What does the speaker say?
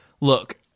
Look